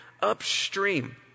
upstream